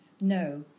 no